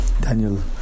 Daniel